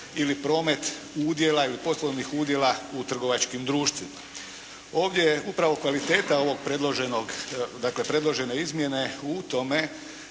ili poslovnih udjela u trgovačkim društvima. Ovdje je upravo kvaliteta ove predložene izmjene u tome